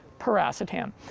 Paracetam